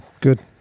good